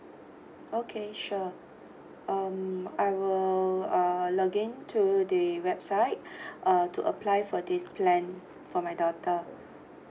okay sure um I will uh login to the website uh to apply for this plan for my daughter